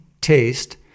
taste